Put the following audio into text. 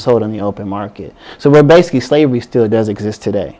sold on the open market so we're basically slavery still does exist today